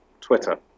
Twitter